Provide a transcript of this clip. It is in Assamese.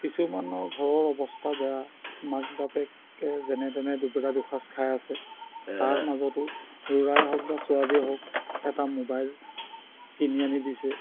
কিছুমানৰ ঘৰৰ অৱস্থা বেয়া মাক বাপেকে যেনে তেনে দুবেলা দুসাঁজ খাই আছে তাৰ মাজতো ল'ৰাই হওক বা ছোৱালীয়ে হওক এটা মোবাইল কিনি আনি দিছে